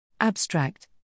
Abstract